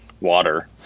water